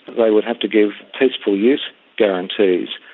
they would have to give peaceful use guarantees,